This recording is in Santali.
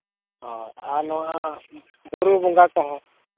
ᱦᱳᱭ ᱟᱨ ᱱᱚᱣᱟ ᱵᱩᱨᱩ ᱵᱚᱸᱜᱟ ᱠᱚᱦᱚᱸ